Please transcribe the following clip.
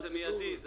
זה מיידי.